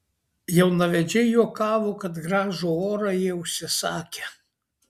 jaunavedžiai juokavo kad gražų orą jie užsisakę